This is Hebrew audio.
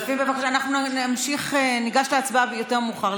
אנחנו ניגש להצבעה יותר מאוחר,